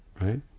right